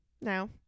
No